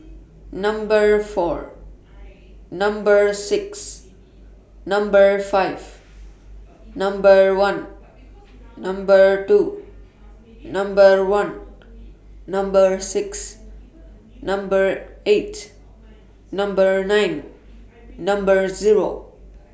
Number four Number six Number five Number one Number two Number one Number six Number eight Number nine Number Zero